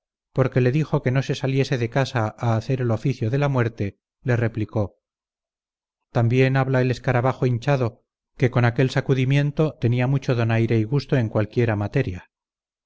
porque le dijo que no se saliese de casa a hacer el oficio de la muerte le replicó también habla el escarabajo hinchado que con aquel sacudimiento tenía mucho donaire y gusto en cualquiera materia